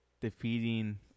defeating